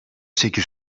sekiz